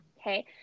Okay